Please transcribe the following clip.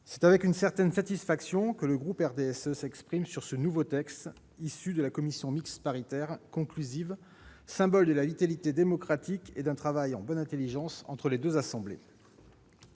c'est avec une certaine satisfaction que le groupe du RDSE considère ce texte issu d'une commission mixte paritaire conclusive, symbole de vitalité démocratique et d'un travail en bonne intelligence entre les deux assemblées.